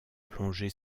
plongée